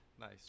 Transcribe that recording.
Nice